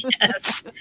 Yes